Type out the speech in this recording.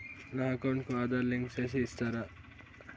నా అకౌంట్ కు ఆధార్ లింకు సేసి ఇస్తారా?